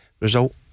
result